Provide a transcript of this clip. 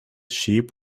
sheep